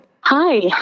Hi